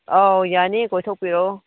ꯑꯥꯎ ꯌꯥꯅꯤ ꯀꯣꯏꯊꯣꯛꯄꯤꯔꯛꯑꯣ